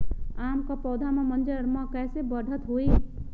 आम क पौधा म मजर म कैसे बढ़त होई?